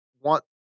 want